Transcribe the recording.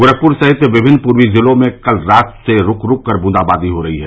गोरखपुर सहित विभिन्न पूर्वी जिलों में कल रात से रूक रूक कर बूंदाबांदी हो रही है